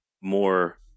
more